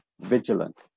Vigilant